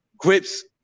grips